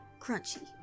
crunchy